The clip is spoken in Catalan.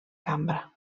cambra